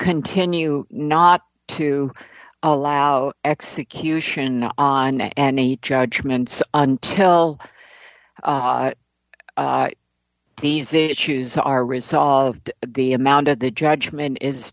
continue not to allow execution on any judgments until these issues are resolved the amount of the judgment is